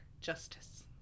justice